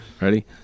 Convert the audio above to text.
Ready